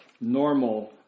normal